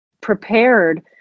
prepared